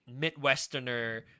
Midwesterner